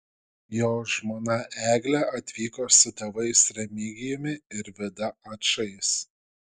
jo žmona eglė atvyko su tėvais remigijumi ir vida ačais